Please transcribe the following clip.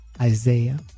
Isaiah